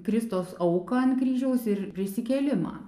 kristaus auką ant kryžiaus ir prisikėlimą